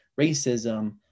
racism